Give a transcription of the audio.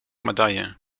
medaille